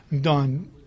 done